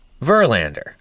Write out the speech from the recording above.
Verlander